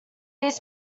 these